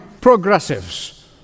progressives